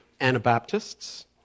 Anabaptists